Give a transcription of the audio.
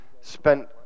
spent